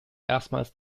erstmals